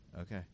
Okay